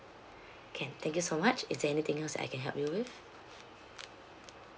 can thank you so much is there anything else I can help you with